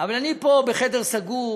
אבל אני פה בחדר סגור,